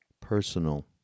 personal